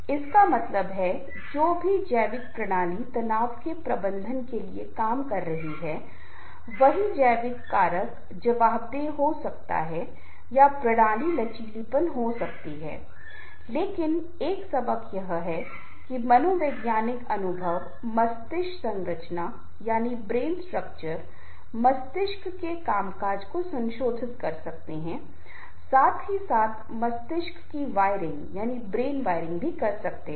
इसका मतलब है कि जो भी जैविक प्रणाली तनाव के प्रबंधन के लिए काम कर रही है वही जैविक कारक जवाबदेह हो सकते हैं या प्रणाली लचीलापन हो सकती है लेकिन एक सबक यह है कि मनोवैज्ञानिक अनुभव मस्तिष्क संरचना मस्तिष्क के कामकाज को संशोधित कर सकते हैं साथ ही साथ मस्तिष्क की वायरिंग भी कर सकते हैं